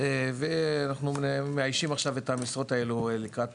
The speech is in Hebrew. אנחנו מאיישים את המשרות האלו לקראת